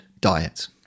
diet